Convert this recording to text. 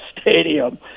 Stadium